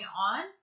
on